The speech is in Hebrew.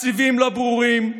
התקציבים לא ברורים,